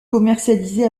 commercialisé